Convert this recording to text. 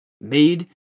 Made